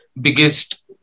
Biggest